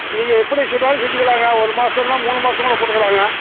நீங்கள் எப்படி சொன்னாலும் செஞ்சுக்கலாங்க ஒரு மாதம்ன்னா மூணு மாதம் கூட போட்டுக்கலாங்க